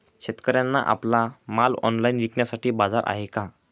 शेतकऱ्यांना आपला माल ऑनलाइन विकण्यासाठी बाजार आहे का?